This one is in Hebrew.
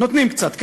נותנים קצת כאן,